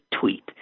tweet